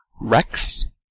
Rex